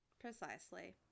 Precisely